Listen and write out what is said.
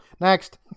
Next